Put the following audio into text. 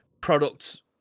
products